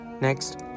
Next